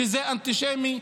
שזה אנטישמי,